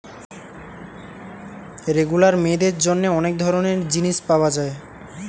regular মেয়েদের জন্যে অনেক ধরণের জিনিস পায়া যায়